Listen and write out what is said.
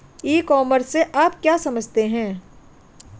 ई commerce से आप क्या समझते हैं?